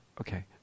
Okay